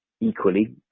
equally